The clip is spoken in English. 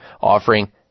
offering